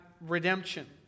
redemption